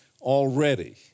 already